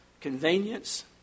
convenience